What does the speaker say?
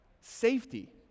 Safety